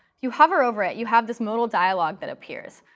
you hover over it, you have this modal dialog that appears.